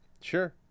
sure